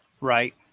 Right